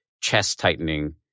chest-tightening